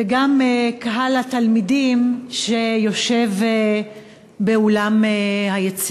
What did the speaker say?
וגם קהל התלמידים שיושב ביציע,